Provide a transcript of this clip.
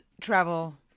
travel